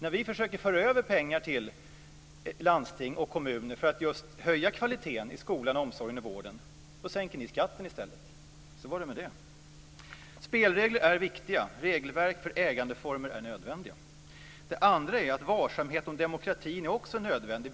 När vi försöker föra över pengar till landsting och kommuner för att just höja kvaliteten i skolan, omsorgen och vården sänker ni i stället skatten. Så var det med det. Spelregler är viktiga. Regelverk för ägandeformer är nödvändiga. Varsamhet om demokratin är också nödvändig.